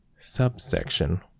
subsection